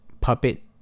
puppet